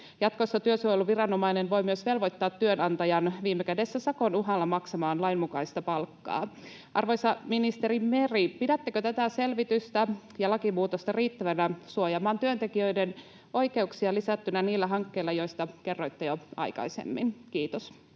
Jatkossa työsuojeluviranomainen voi myös velvoittaa työnantajan viime kädessä sakon uhalla maksamaan lainmukaista palkkaa. Arvoisa ministeri Meri: pidättekö tätä selvitystä ja lakimuutosta riittävänä suojaamaan työntekijöiden oikeuksia lisättynä niillä hankkeilla, joista kerroitte jo aikaisemmin? — Kiitos.